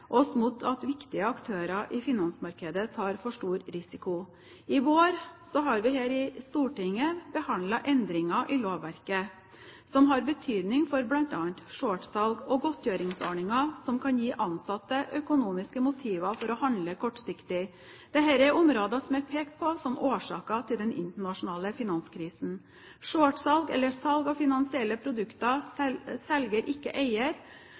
oss mot at viktige aktører i finansmarkedet tar for stor risiko. I vår har vi her i Stortinget behandlet endringer i lovverket som har betydning for bl.a. shortsalg og godtgjøringsordninger som kan gi ansatte økonomiske motiver for å handle kortsiktig. Dette er områder som er pekt på som årsaker til den internasjonale finanskrisen. Shortsalg, eller salg av finansielle produkter som selger ikke eier,